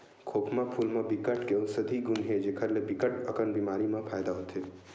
खोखमा फूल म बिकट के अउसधी गुन हे जेखर ले बिकट अकन बेमारी म फायदा होथे